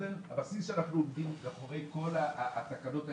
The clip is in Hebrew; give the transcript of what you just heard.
מה שעומד מאחורי כל התקנות האלה,